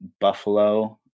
Buffalo